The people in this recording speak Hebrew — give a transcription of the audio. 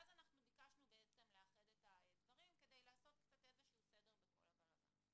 ואז ביקשנו לאחד את הדברים כדי לעשות קצת סדר בתוך הבלאגן.